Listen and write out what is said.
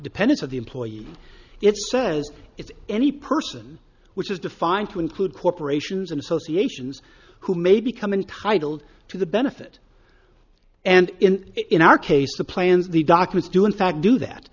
dependents of the employees it says it's any person which is defined to include corporations and associations who may become intitled to the benefit and in our case the plans of the doctors do in fact do that